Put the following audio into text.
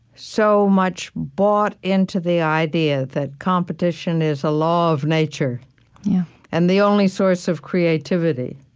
so much bought into the idea that competition is a law of nature and the only source of creativity.